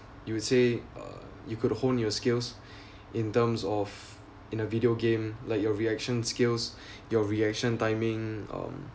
you would say uh you could hone your skills in terms of in a video game like your reaction skills your reaction timing um